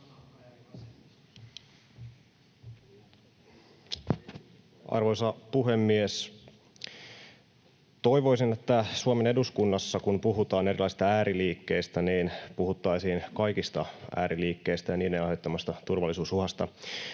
Arvoisa puhemies! Toivoisin, että kun Suomen eduskunnassa puhutaan erilaisista ääriliikkeistä, niin puhuttaisiin kaikista ääriliikkeistä ja niiden aiheuttamasta turvallisuusuhasta.